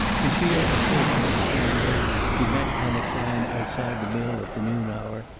in sheer assertion of his manhood he met anna klein outside the mill at the noon hour,